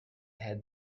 had